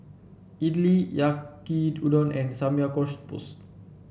Idili Yaki Udon and Samgyeopsal